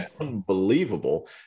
unbelievable